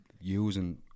using